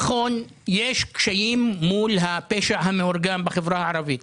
נכון, יש קשיים מול הפשע המאורגן בחברה הערבית.